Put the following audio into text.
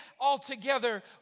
altogether